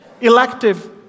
Elective